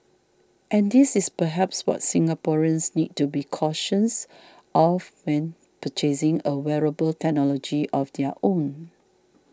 and this is perhaps what Singaporeans need to be cautious of when purchasing a wearable technology of their own